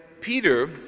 Peter